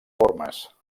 formes